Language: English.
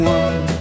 one